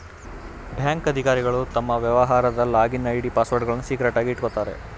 bank ಅಧಿಕಾರಿಗಳು ತಮ್ಮ ವ್ಯವಹಾರದ ಲಾಗಿನ್ ಐ.ಡಿ, ಪಾಸ್ವರ್ಡ್ಗಳನ್ನು ಸೀಕ್ರೆಟ್ ಆಗಿ ಇಟ್ಕೋತಾರೆ